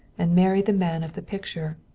and marry the man of the picture.